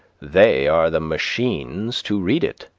they are the machines to read it.